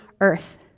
earth